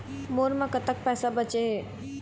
मोर म कतक पैसा बचे हे?